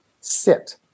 sit